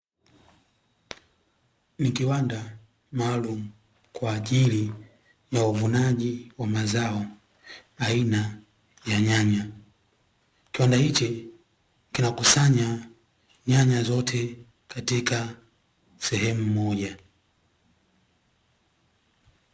Ni kiwanda maalumu kwa ajili ya uvunaji wa mazao aina ya nyanya. Kiwanda hiki kinakusanya nyanya zote katika sehemu moja.